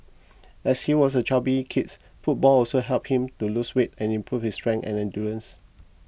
as he was a chubby kids football also helped him to lose weight and improve his strength and endurance